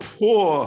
poor